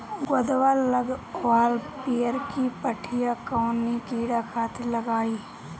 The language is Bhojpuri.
गोदवा लगवाल पियरकि पठिया कवने कीड़ा खातिर लगाई?